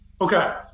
Okay